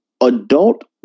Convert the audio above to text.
adult